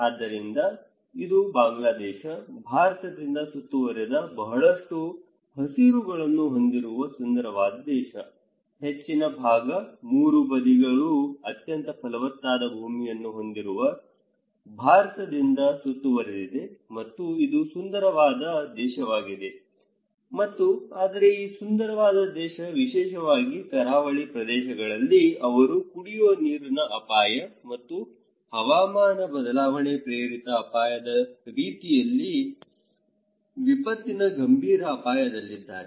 ಆದ್ದರಿಂದ ಇದು ಬಾಂಗ್ಲಾದೇಶ ಭಾರತದಿಂದ ಸುತ್ತುವರಿದ ಬಹಳಷ್ಟು ಹಸಿರುಗಳನ್ನು ಹೊಂದಿರುವ ಸುಂದರವಾದ ದೇಶ ಹೆಚ್ಚಿನ ಭಾಗ ಮೂರು ಬದಿಗಳು ಅತ್ಯಂತ ಫಲವತ್ತಾದ ಭೂಮಿಯನ್ನು ಹೊಂದಿರುವ ಭಾರತದಿಂದ ಸುತ್ತುವರಿದಿದೆ ಮತ್ತು ಇದು ಸುಂದರವಾದ ದೇಶವಾಗಿದೆ ಮತ್ತು ಆದರೆ ಈ ಸುಂದರ ದೇಶ ವಿಶೇಷವಾಗಿ ಕರಾವಳಿ ಪ್ರದೇಶಗಳಲ್ಲಿ ಅವರು ಕುಡಿಯುವ ನೀರಿನ ಅಪಾಯ ಮತ್ತು ಹವಾಮಾನ ಬದಲಾವಣೆ ಪ್ರೇರಿತ ಅಪಾಯದ ರೀತಿಯ ವಿಪತ್ತಿನ ಗಂಭೀರ ಅಪಾಯದಲ್ಲಿದ್ದಾರೆ